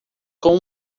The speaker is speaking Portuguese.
com